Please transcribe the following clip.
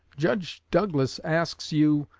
judge douglas asks you,